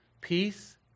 peace